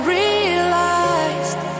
realized